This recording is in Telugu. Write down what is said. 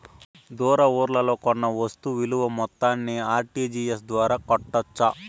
దూర ఊర్లలో కొన్న వస్తు విలువ మొత్తాన్ని ఆర్.టి.జి.ఎస్ ద్వారా కట్టొచ్చా?